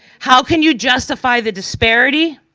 how can you justify the disparity?